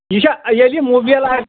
یہِ چھا ییٚلہِ یہِ مُبلیل